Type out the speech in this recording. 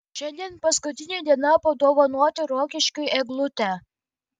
šiandien paskutinė diena padovanoti rokiškiui eglutę